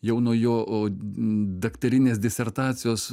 jau nuo jo daktarinės disertacijos